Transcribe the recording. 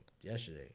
yesterday